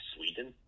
Sweden